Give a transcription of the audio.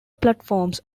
platforms